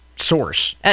source